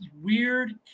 weird